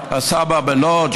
הסבא בלודז',